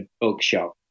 bookshop